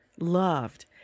loved